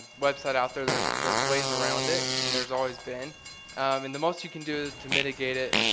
website out there, there's there's ways around it and there's always been and the most you can do to mitigate it.